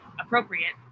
appropriate